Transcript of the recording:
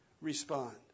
respond